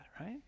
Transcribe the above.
right